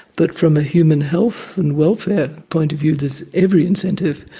but from a human health and welfare point of view there's every incentive.